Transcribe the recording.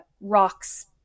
Rock's